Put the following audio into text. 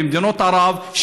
במדינות ערב,